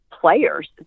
players